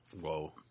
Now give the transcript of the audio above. Whoa